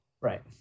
Right